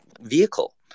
vehicle